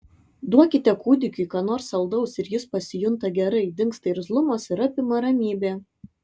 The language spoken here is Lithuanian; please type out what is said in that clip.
duokite kūdikiui ką nors saldaus ir jis pasijunta gerai dingsta irzlumas ir apima ramybė